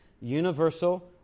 universal